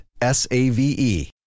S-A-V-E